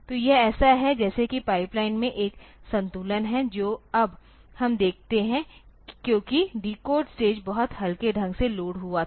तो यह ऐसा है जैसे कि पाइपलाइन में एक संतुलन है जो अब हम देखते हैं क्योंकि डिकोड स्टेज बहुत हल्के ढंग से लोड हुआ था